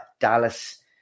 Dallas